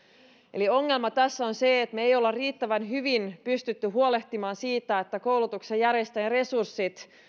eli ongelma tässä on se että me emme ole riittävän hyvin pystyneet huolehtimaan siitä että koulutuksenjärjestäjäresurssit